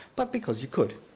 but because you could.